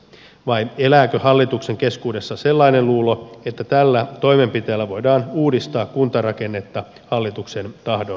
vai elääkö hallituksen keskuudessa sellainen luulo että tällä toimenpiteellä voidaan uudistaa kuntarakennetta hallituksen tahdon mukaisesti